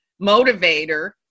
motivator